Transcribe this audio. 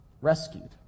rescued